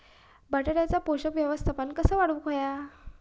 बटाट्याचा पोषक व्यवस्थापन कसा वाढवुक होया?